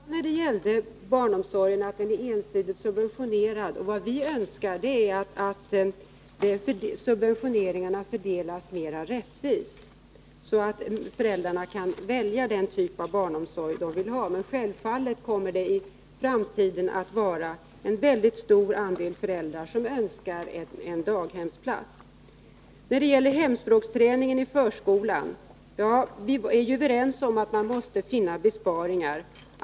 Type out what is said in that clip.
Herr talman! Jag sade att barnomsorgen är ensidigt subventionerad. Vad vi önskar är att subventionerna fördelas mera rättvist, så att föräldrarna kan välja den typ av barnomsorg de vill ha. Men självfallet kommer i framtiden en väldigt stor andel föräldrar att önska daghemsplats. Vi är ju överens om att man måste finna besparingar.